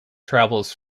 travels